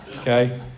Okay